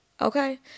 Okay